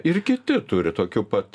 ir kiti turi tokių pat